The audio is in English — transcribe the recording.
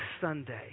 Sunday